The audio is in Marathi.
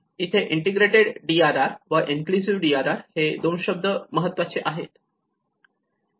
इथे इंटिग्रेटेड DRR व इन्क्लुझिव्ह DRR हे दोन महत्वाचे शब्द आहेत